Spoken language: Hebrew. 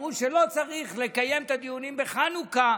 אמרו שלא צריך לקיים את הדיונים בחנוכה,